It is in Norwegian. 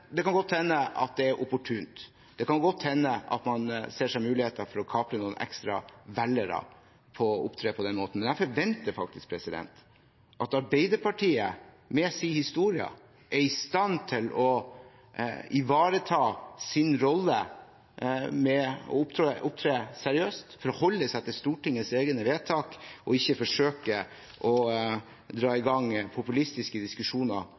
Det kan godt hende det er opportunt å ta opp, og det kan godt hende at man ser muligheter for å kapre noen ekstra velgere ved å opptre på denne måten, men jeg forventer faktisk at Arbeiderpartiet, med sin historie, er i stand til å ivareta sin rolle ved å opptre seriøst og forholde seg til Stortingets egne vedtak og ikke forsøke å dra i gang populistiske diskusjoner